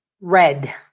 Red